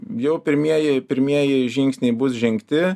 jau pirmieji pirmieji žingsniai bus žengti